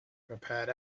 prepared